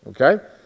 Okay